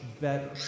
better